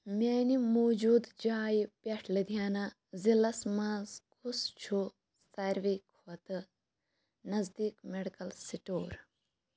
میٛانہِ موجوٗدٕ جایہِ پٮ۪ٹھ لٔدھیانہٕ ضلعس مَنٛز کُس چھُ سارِوٕے کھۅتہٕ نٔزدیٖک میڈیکل سِٹور